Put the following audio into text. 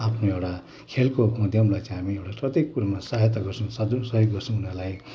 आफ्नो एउटा खेलको माध्यमलाई चाहिँ हामी एउटा प्रत्येक कुरामा सहायता गर्छौँ सहयोग गर्छौँ उनीहरूलाई